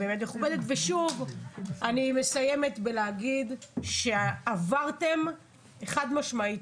אני מסיימת ואומרת שוב, חד-משמעית,